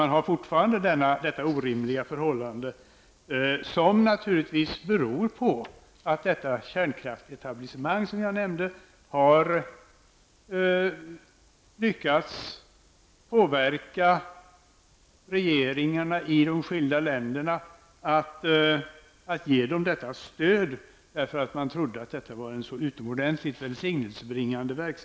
Man har fortfarande detta orimliga förhållande som beror på att kärnkraftsetablissemanget, som jag nämnde tidigare, har lyckats påverka regeringarna i de skilda länderna att stödja verksamheten, eftersom man trodde att den var så välsignelsebringande.